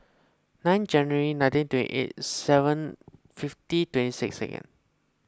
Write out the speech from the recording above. nine January nineteen twenty eight seven fifty twenty six second